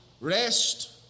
rest